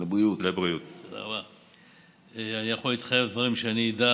אני אוכל להתחייב לדברים כשאדע